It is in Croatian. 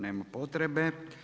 Nema potrebe.